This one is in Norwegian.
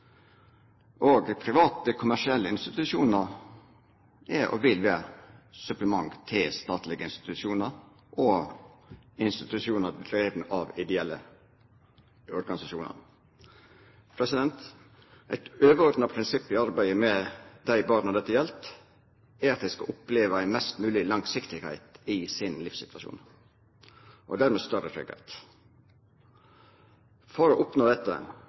private kommersielle institusjonar er og vil vera eit supplement til statlege institusjonar og institusjonar drivne av ideelle organisasjonar. Eit overordna prinsipp i arbeidet med dei barna dette gjeld, er at dei skal oppleva mest mogleg langsiktigheit i sin livssituasjon og dermed større tryggleik. For å oppnå dette